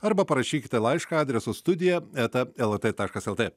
arba parašykite laišką adresu studija eta lrt taškas lt